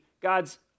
God's